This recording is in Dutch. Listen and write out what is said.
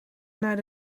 naar